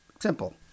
Simple